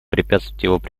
препятствовать